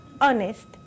honest